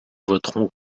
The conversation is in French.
voterons